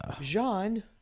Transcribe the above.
Jean